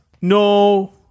No